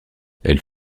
elles